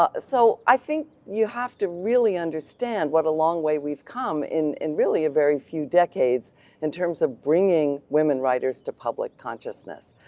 ah so i think you have to really understand what a long way we've come in in really a very few decades in terms of bringing women writers to public consciousness.